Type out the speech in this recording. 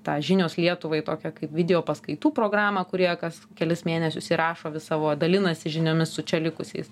tą žinios lietuvai tokią kaip video paskaitų programą kur jie kas kelis mėnesius įrašo savo dalinasi žiniomis su čia likusiais